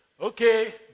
Okay